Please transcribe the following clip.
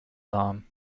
alarm